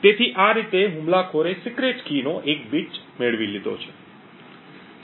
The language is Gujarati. તેથી આ રીતે હુમલાખોરે સિક્રેટ કીનો એક બીટ મેળવી લીધો છે